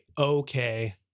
okay